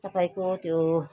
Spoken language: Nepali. तपाईँको त्यो